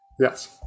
Yes